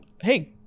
hey